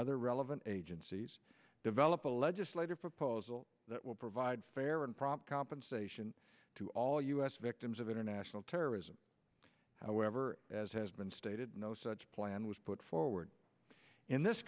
other relevant agencies develop a legislative proposal that will provide fair and proper compensation to all u s victims of international terrorism however as has been stated no such plan was put forward in this